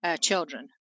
children